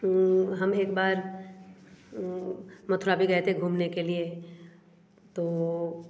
हम एक बार मथुरा भी गए थे घूमने के लिए तो